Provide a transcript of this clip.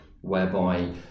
whereby